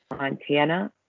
Montana